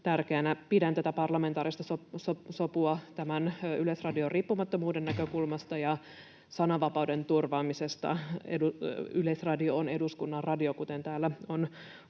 Tärkeänä pidän tätä parlamentaarista sopua tämän Yleisradion riippumattomuuden näkökulmasta ja sananvapauden turvaamisen näkökulmasta. Yleisradio on eduskunnan radio, kuten täällä on